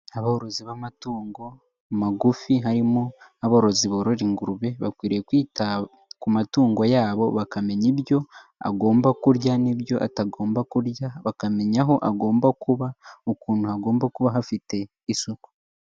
Aborozi b'amatungo magufi, harimo n'aborozi borora ingurube bakwiriye kwita ku matungo yabo bakamenya ibyo agomba kurya n'ibyo atagomba kurya, bakamenya aho agomba kuba, ukuntu hagomba kuba hafite isuku.